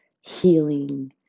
healing